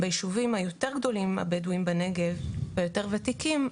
ביישובים היותר גדולים הבדואים בנגב והיותר ותיקים,